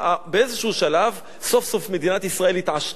באיזה שלב סוף-סוף מדינת ישראל התעשתה,